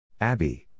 Abby